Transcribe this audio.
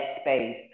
space